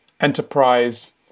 enterprise